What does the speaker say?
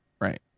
right